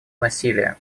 насилие